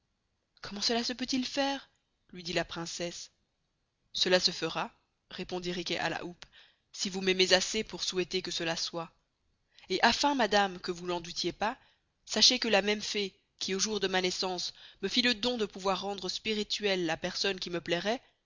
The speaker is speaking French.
comment cela se peut-il faire lui dit la princesse cela se fera répondit riquet à la houppe si vous m'aimez assez pour souhaiter que cela soit et afin madame que vous n'en doutiez pas sçachez que la même fée qui au jour de ma naissance me fit le don de pouvoir rendre spirituelle la personne qui me plairoit